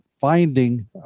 finding